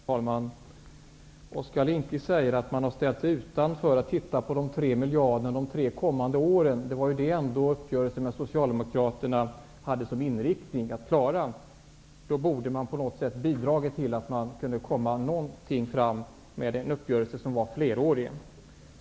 Herr talman! Oskar Lindkvist säger att Socialdemokraterna har ställt sig utanför en uppgörelse om att man skall ta ut de 3 miljarderna under de kommande tre åren. Det var ändå det som uppgörelsen med Socialdemokraterna hade som inriktning. Då borde Socialdemokraterna på något sätt ha bidragit till att åstadkomma en uppgörelse som var flerårig.